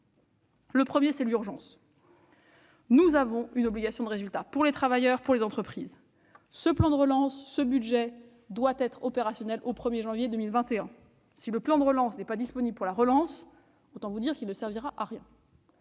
Le premier concerne l'urgence. Nous avons une obligation de résultat pour les travailleurs, pour les entreprises. Ce plan de relance doit être opérationnel au 1 janvier 2021. S'il n'est pas prêt pour la relance, autant vous dire qu'il ne servira à rien.